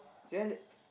she want to